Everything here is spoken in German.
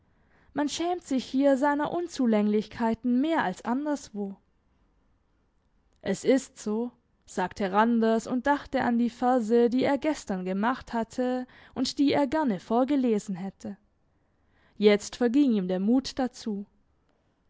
man schämt sich hier seiner unzulänglichkeiten mehr als anderswo es ist so sagte randers und dachte an die verse die er gestern gemacht hatte und die er gerne vorgelesen hätte jetzt verging ihm der mut dazu